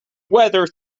whether